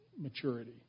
maturity